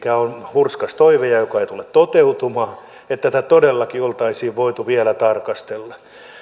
hurskas toive ja mikä ei tule toteutumaan että tätä todella oltaisiin voitu vielä tarkastella